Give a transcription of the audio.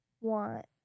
want